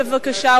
בבקשה.